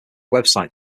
website